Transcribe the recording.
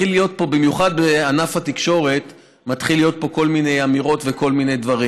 במיוחד בענף התקשורת מתחילות להיות פה כל מיני אמירות וכל מיני דברים.